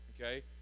okay